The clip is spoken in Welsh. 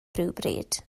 rhywbryd